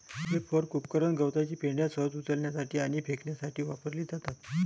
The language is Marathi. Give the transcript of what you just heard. हे फोर्क उपकरण गवताची पेंढा सहज उचलण्यासाठी आणि फेकण्यासाठी वापरली जातात